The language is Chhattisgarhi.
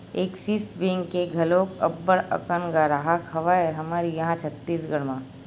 ऐक्सिस बेंक के घलोक अब्बड़ अकन गराहक हवय हमर इहाँ छत्तीसगढ़ म